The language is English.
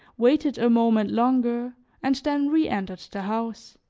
waited a moment longer and then reentered the house.